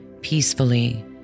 peacefully